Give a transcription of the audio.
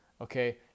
okay